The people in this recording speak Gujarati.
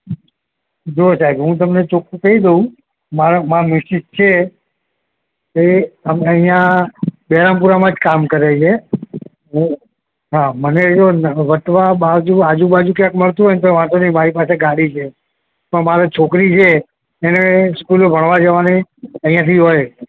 જોવો સાહેબ હું તમને ચોખ્ખું કહી દઉં મારા મારા મિસિસ જે છે તે હમણાં અહીંયા બહેરામપુરામાં જ કામ કરે છે હા મને જો વટવા બાજુ આજુબાજુ ક્યાંક મળતું હોય તો વાંધો નહીં મારી પાસે ગાડી છે પણ મારે છોકરી છે એને સ્કૂલે ભણવા જવાની અહીંયાથી હોય